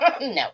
No